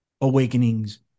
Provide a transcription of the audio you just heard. awakenings